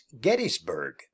Gettysburg